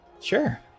Sure